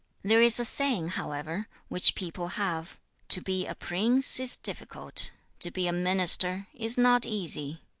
there is a saying, however, which people have to be a prince is difficult to be a minister is not easy.